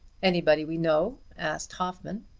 anybody we know? asked hoffmann.